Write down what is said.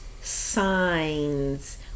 signs